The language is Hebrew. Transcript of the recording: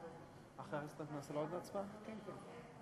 תנסה להתערב בעניין הזה,